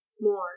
more